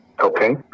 Okay